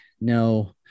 no